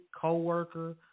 coworker